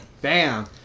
Bam